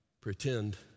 pretend